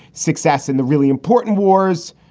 success in the really important wars,